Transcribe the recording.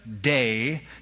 day